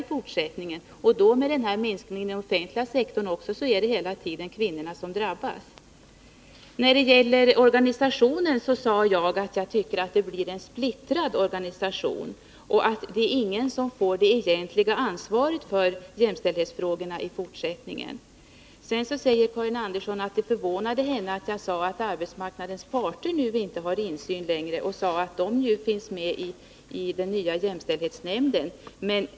Det är kvinnorna som drabbas både av den sysselsättningsminskningen och av minskningen i den offentliga sysselsättningen. När det gällde organisationen sade jag att jag tycker att den blir splittrad: Ingen får det egentliga ansvaret för jämställdhetsfrågorna i fortsättningen. Det förvånade Karin Andersson att jag sade att arbetsmarknadens parter nu inte har insyn längre. De är ju representerade i den nya jämställdhetsnämnden, menade hon.